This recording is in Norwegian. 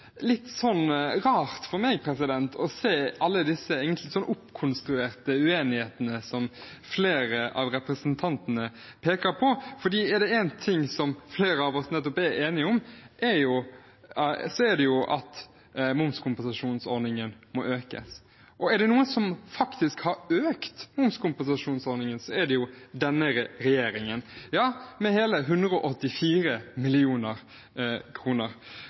litt rart for meg å se alle disse oppkonstruerte uenighetene som flere av representantene peker på, for er det én ting som flere av oss nettopp er enige om, er det jo at momskompensasjonsordningen må økes. Og er det noen som faktisk har økt momskompensasjonsordningen, er det denne regjeringen – med hele 184